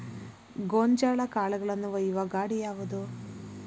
ಗೋಂಜಾಳ ಕಾಳುಗಳನ್ನು ಒಯ್ಯುವ ಗಾಡಿ ಯಾವದು?